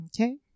Okay